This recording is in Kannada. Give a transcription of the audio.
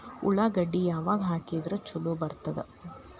ಉಳ್ಳಾಗಡ್ಡಿ ಯಾವಾಗ ಹಾಕಿದ್ರ ಛಲೋ ಬರ್ತದ?